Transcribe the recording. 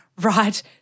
right